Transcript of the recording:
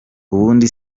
ubundi